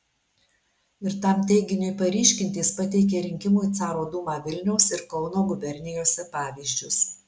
ir tam teiginiui paryškinti jis pateikė rinkimų į caro dūmą vilniaus ir kauno gubernijose pavyzdžius